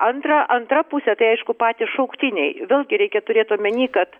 antra antra pusė tai aišku patys šauktiniai vėlgi reikia turėt omeny kad